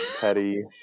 petty